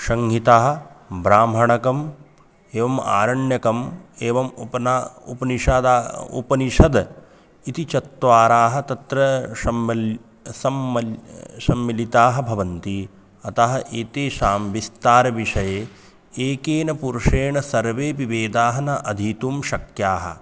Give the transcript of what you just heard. संहिताः ब्राह्मणम् एवम् आरण्यकम् एवम् उप्ना उपनिषदः उपनिषद् इति चत्वाराः तत्र शम्मिल् सम्मल् सम्मिलिताः भवन्ति अतः एतेषां विस्तारविषये एकेन पुरुषेण सर्वेपि वेदाः न अधीतुं शक्याः